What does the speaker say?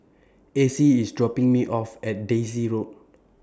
Acie IS dropping Me off At Daisy Road